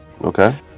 Okay